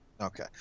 okay